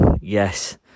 Yes